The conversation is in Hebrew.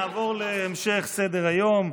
נעבור להמשך סדר-היום.